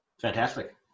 Fantastic